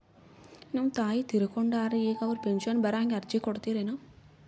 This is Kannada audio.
ನಮ್ ತಾಯಿ ತೀರಕೊಂಡಾರ್ರಿ ಈಗ ಅವ್ರ ಪೆಂಶನ್ ಬರಹಂಗ ಅರ್ಜಿ ಕೊಡತೀರೆನು?